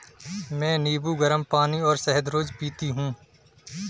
मैं नींबू, गरम पानी और शहद रोज पीती हूँ